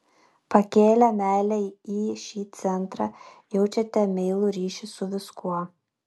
pakėlę meilę į šį centrą jaučiate meilų ryšį su viskuo